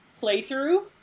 playthrough